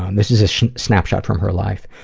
um this is a snapshot from her life.